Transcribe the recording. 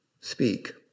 speak